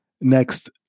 Next